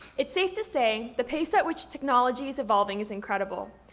it's safe to say the pace at which technology is evolving is incredible.